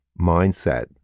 mindset